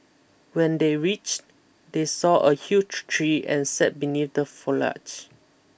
when they reached they saw a huge tree and sat beneath the foliage